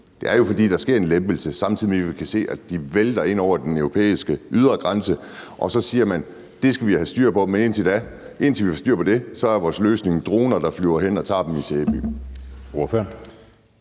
Det er jo, fordi der sker en lempelse, samtidig med at vi kan se, at de vælter ind over den europæiske ydre grænse. Så siger man, at det skal man have styr på, men indtil vi får styr på det, er vores løsning droner, der flyver hen og tager dem i Sæby.